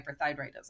hyperthyroidism